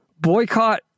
boycott